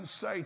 say